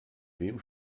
wem